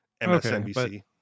MSNBC